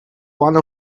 one